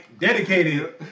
dedicated